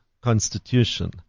constitution